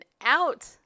out